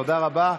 תודה רבה.